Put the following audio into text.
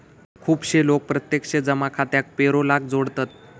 खुपशे लोक प्रत्यक्ष जमा खात्याक पेरोलाक जोडतत